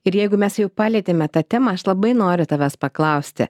ir jeigu mes jau palietėme tą temą aš labai noriu tavęs paklausti